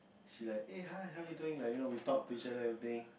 she like eh hi how are you doing we talk to each other and everything